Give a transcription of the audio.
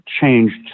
changed